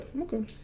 okay